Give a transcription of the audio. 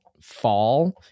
fall